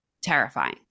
terrifying